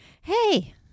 hey